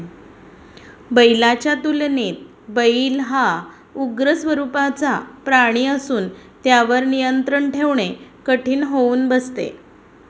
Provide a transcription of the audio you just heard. बैलाच्या तुलनेत बैल हा उग्र स्वरूपाचा प्राणी असून त्यावर नियंत्रण ठेवणे कठीण होऊन बसते